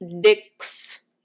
dicks